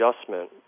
adjustment